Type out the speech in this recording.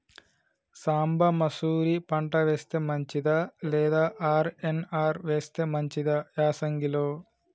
సాంబ మషూరి పంట వేస్తే మంచిదా లేదా ఆర్.ఎన్.ఆర్ వేస్తే మంచిదా యాసంగి లో?